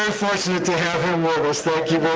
um fortunate to have him with us. thank you